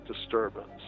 disturbance